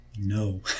No